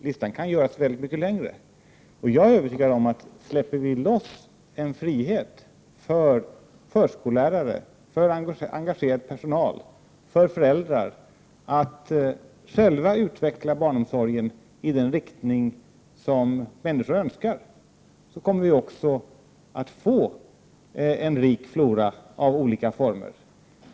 Listan kan göras mycket längre, och jag är övertygad om, att släpper vi loss en frihet för förskollärare, engagerar personal och föräldrar att själva utveckla barnomsorgen i den riktning som människor önskar, kommer vi också att få en rik flora av olika former.